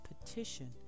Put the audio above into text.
petition